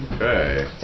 Okay